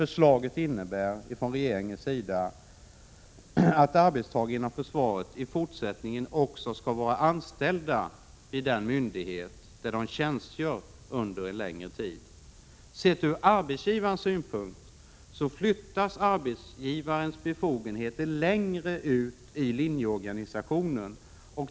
Regeringens förslag innebär att arbetstagare inom försvaret i fortsättningen också skall vara anställda vid den myndighet där de tjänstgör under en längre tid. Sett från arbetsgivarens synpunkt flyttas arbetsgivarens befogenheter längre ut i linjeorganisationen.